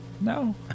No